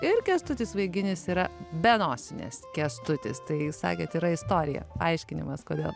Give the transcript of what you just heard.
ir kęstutis vaiginis yra be nosinės kęstutis tai sakėt yra istorija paaiškinimas kodėl